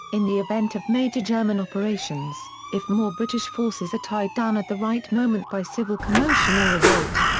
in the event of major german operations, if more british forces are tied down at the right moment by civil commotion or revolt.